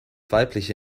weibliche